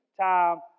time